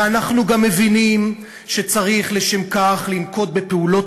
ואנחנו גם מבינים שצריך לשם כך לנקוט פעולות